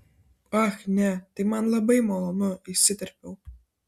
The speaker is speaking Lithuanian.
ach ne tai man labai malonu įsiterpiau